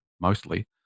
mostly